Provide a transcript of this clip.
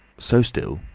so still,